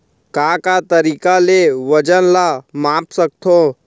का का तरीक़ा ले वजन ला माप सकथो?